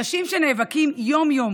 אנשים שנאבקים יום-יום